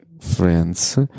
friends